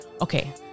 Okay